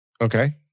Okay